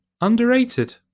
underrated